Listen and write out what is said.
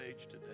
today